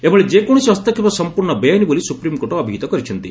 ଏଭଳି ଯେକୌଣସି ହସ୍ତକ୍ଷେପ ସମ୍ପର୍ଣ୍ଣ ବେଆଇନ ବୋଲି ସୁପ୍ରିମକୋର୍ଟ ଅଭିହିତ କରିଛନ୍ତି